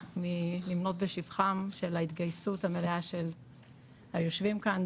מלמנות בשבחם של ההתגייסות המלאה של היושבים כאן,